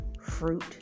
fruit